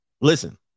Listen